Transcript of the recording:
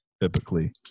typically